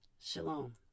Shalom